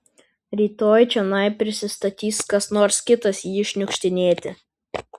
rytoj čionai prisistatys kas nors kitas jį šniukštinėti